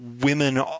women